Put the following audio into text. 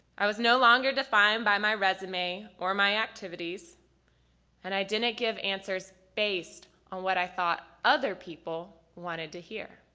i was no longer defined by my resume or my activities and i didn't give answers based on what i thought other people wanted to hear.